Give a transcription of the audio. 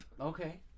Okay